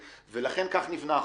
לכן כך נבנה החוק.